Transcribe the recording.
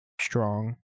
strong